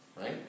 right